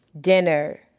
dinner